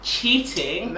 cheating